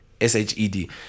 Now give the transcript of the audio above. S-H-E-D